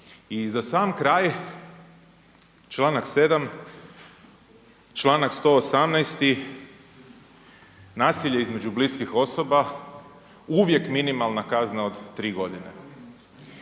I za sam kraj, čl. 7, čl. 118. nasilje između bliskih osoba, uvijek minimalna kazna od 3 godine.